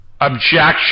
Objection